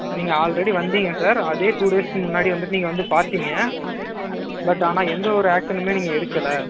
நீங்கள் ஆல்ரெடி வந்தீங்க சார் அதே டூ டேஸ்க்கு முன்னாடி வந்துவிட்டு நீங்கள் வந்து பார்த்தீங்க பட் ஆனால் எந்த ஒரு ஆக்ஷனுமே நீங்கள் எடுக்கலை